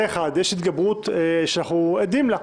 אז, קודם כול, יש התגברות שאנחנו עדים לה,